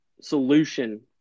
solution